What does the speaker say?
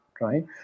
right